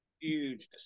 huge